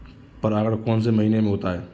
परागण कौन से महीने में होता है?